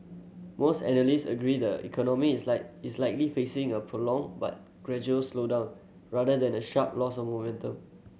most analyst agree the economy is like is likely facing a prolonged but gradual slowdown rather than a sharp loss of momentum